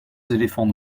éléphants